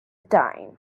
time